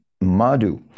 Madhu